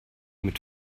mit